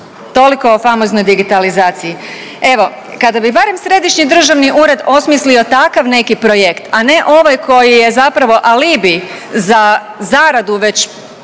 Toliko o famoznoj digitalizaciji. Evo, kada bi barem Središnji državni ured osmislio takav neki projekt, a ne ovaj koji je zapravo alibi za zaradu već